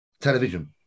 Television